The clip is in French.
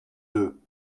deux